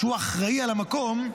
שהוא אחראי על המקום,